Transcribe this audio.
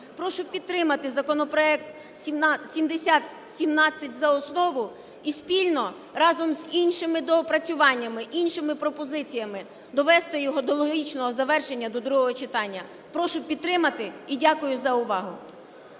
прошу підтримати законопроект 7017 за основу і спільно, разом з іншими доопрацюваннями, іншими пропозиціями довести його до логічного завершення до другого читання. Прошу підтримати. І дякую за увагу.